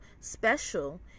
special